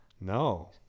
No